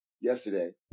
yesterday